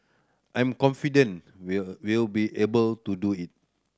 I'm confident we'll will be able to do it